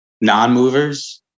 non-movers